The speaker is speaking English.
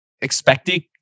expecting